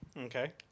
Okay